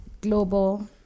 global